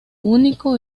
único